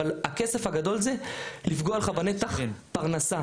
אבל הכסף הגדול זה לפגוע לך בנתח פרנסה,